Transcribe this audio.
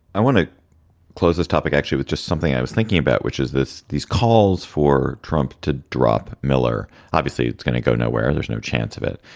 i want to close this topic actually with just something i was thinking about, which is this these calls for trump to drop miller. obviously, it's going to go nowhere. there's no chance of it.